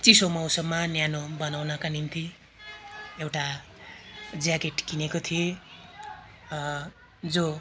चिसो मौसममा न्यानो बनाउनका निम्ति एउटा ज्याकेट किनेको थिएँ जो